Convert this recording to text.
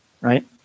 right